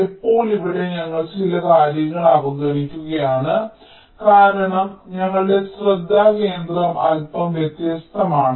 എപ്പോൾ ഇവിടെ ഞങ്ങൾ ചില കാര്യങ്ങൾ അവഗണിക്കുകയാണ് കാരണം ഞങ്ങളുടെ ശ്രദ്ധാകേന്ദ്രം അല്പം വ്യത്യസ്തമാണ്